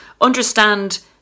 understand